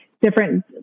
different